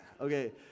Okay